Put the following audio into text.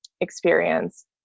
experience